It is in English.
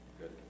Good